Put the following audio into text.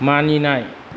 मानिनाय